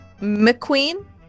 McQueen